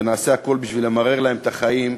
ונעשה הכול בשביל למרר להם את החיים.